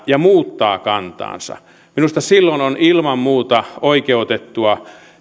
ja muuttaa kantaansa minusta silloin on ilman muuta oikeutettua